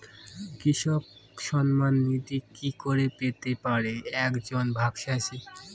কৃষক সন্মান নিধি কি করে পেতে পারে এক জন ভাগ চাষি?